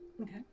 Okay